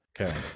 Okay